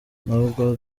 n’ubwo